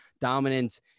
dominant